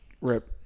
Rip